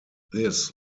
this